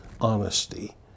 honesty